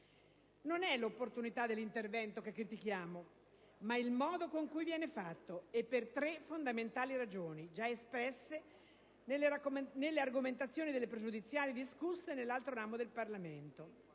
Non è l'opportunità dell'intervento che critichiamo, ma il modo con cui viene fatto e per tre fondamentali ragioni, già espresse nelle argomentazioni delle pregiudiziali discusse nell'altro ramo del Parlamento.